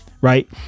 right